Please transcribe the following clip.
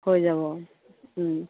হৈ যাব